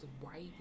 white